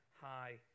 high